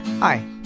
Hi